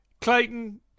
Clayton